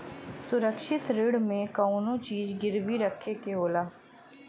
सुरक्षित ऋण में कउनो चीज गिरवी रखे के होला